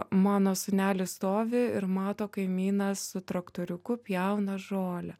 mano sūnelis stovi ir mato kaimynas su traktoriuku pjauna žolę